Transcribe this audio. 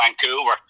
Vancouver